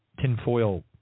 tinfoil